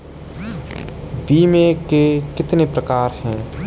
बीमे के कितने प्रकार हैं?